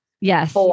Yes